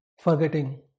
forgetting